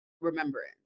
remembrance